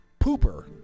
pooper